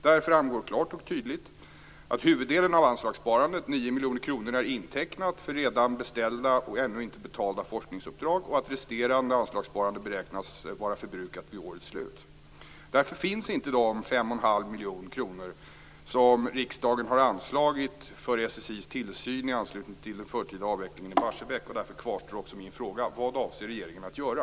Där framgår klart och tydligt att huvuddelen av anslagssparandet, 9 miljoner kronor, är intecknad för redan beställda och ännu inte betalda forskningsuppdrag och att resterande anslagssparande beräknas vara förbrukat vid årets slut. Därför finns inte de 5,5 miljoner kronor som riksdagen har anslagit för SSI:s tillsyn i anslutning till den förtida avvecklingen i Barsebäck, och därför kvarstår också min fråga: Vad avser regeringen att göra?